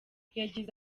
yagize